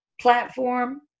platform